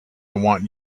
want